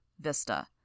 Vista